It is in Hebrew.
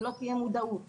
אם לא תהיה מודעות,